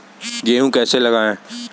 गेहूँ कैसे लगाएँ?